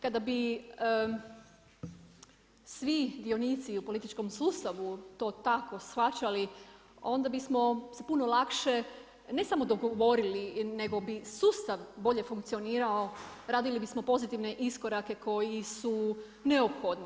Kada bi svi dionici u političkom sustavu to tako shvaćali onda bi smo puno lakše ne samo dogovorili nego bi sustav bolje funkcionirao radili bi smo pozitivne iskorake koji su neophodni.